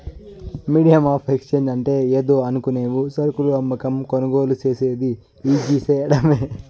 medium of exchange అంటే ఏందో అనుకునేవు సరుకులు అమ్మకం, కొనుగోలు సేసేది ఈజీ సేయడమే